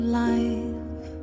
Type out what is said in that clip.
life